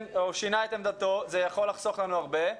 או שינה את דעתו כי זה יכול לחסוך לנו הרבה.